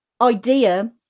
idea